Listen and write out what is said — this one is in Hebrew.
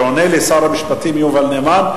שעונה לי שר המשפטים יובל נאמן,